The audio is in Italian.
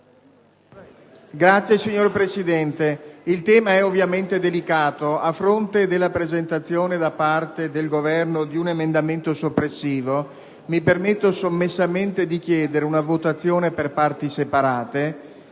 *relatore*. Il tema è delicato. A fronte della presentazione da parte del Governo di un emendamento soppressivo, mi permetto sommessamente di chiedere una votazione per parti separate.